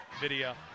video